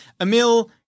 Emil